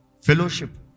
fellowship